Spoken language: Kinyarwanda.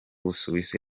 busuwisi